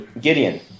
Gideon